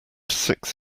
six